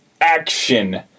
action